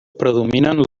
predominen